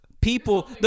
people